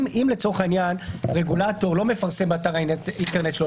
אם רגולטור לא מפרסם באתר האינטרנט שלו,